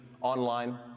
online